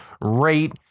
rate